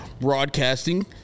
broadcasting